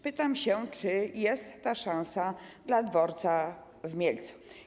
Pytam: Czy jest ta szansa dla dworca w Mielcu?